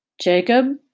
Jacob